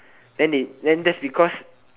then they then that's because